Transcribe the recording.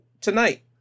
tonight